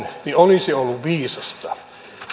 olisi ollut viisasta